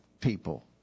people